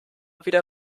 wieder